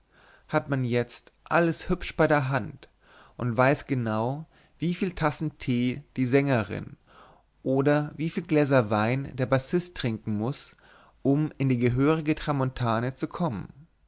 hat man jetzt alles hübsch bei der hand und man weiß genau wie viel tassen tee die sängerin oder wie viel gläser wein der bassist trinken muß um in die gehörige tramontane zu kommen